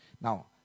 Now